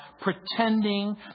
pretending